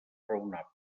raonables